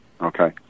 okay